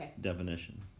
definition